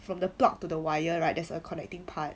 from the plug to the wire right there's a connecting part